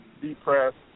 depressed